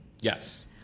Yes